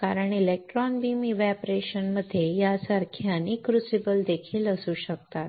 कारण electron beam evaporation मध्ये यासारखे अनेक क्रूसिबल देखील असू शकतात